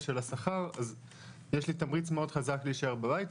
של השכר אז יש לי תמריץ מאוד חזק להשאר בבית.